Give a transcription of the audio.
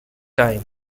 time